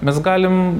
mes galim